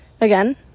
Again